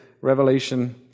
Revelation